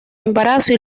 embarazo